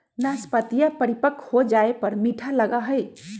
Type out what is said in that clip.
नाशपतीया परिपक्व हो जाये पर मीठा लगा हई